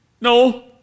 No